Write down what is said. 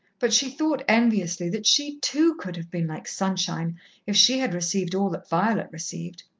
but she thought enviously that she, too, could have been like sunshine if she had received all that violet received.